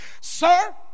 Sir